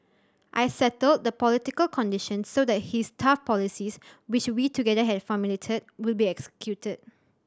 I settled the political conditions so that his tough policies which we together had formulated would be executed